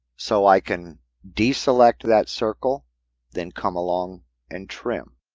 so i can deselect that circle then come along and trim.